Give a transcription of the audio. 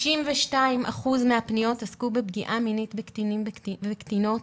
62% מהפניות עסקו בפגיעה מינית בקטינים ובקטינות.